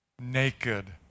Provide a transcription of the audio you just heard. Naked